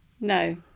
No